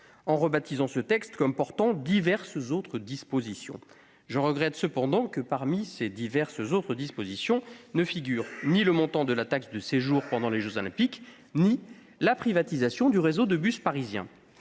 en rebaptisant ce texte comme portant « diverses autres dispositions ». Je regrette cependant que ne figurent, parmi ces diverses autres dispositions, ni le montant de la taxe de séjour pendant les jeux Olympiques ni la privatisation du réseau de bus parisien.